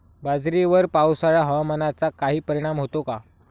बाजरीवर पावसाळा हवामानाचा काही परिणाम होतो का?